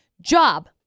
job